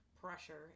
pressure